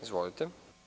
Izvolite.